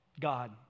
God